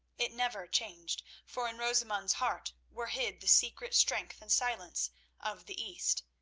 it never changed, for in rosamund's heart were hid the secret strength and silence of the east,